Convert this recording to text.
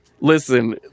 Listen